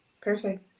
Perfect